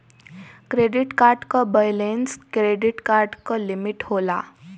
credit card क balance credit card क limit होला